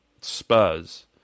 Spurs